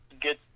good